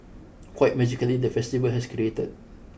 quite magically the festival has created